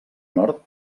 nord